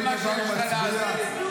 אבל אני מניח שאם היו קוראים לך,